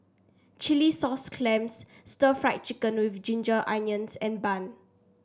Chilli Sauce Clams stir Fry Chicken with Ginger Onions and bun